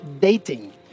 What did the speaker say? dating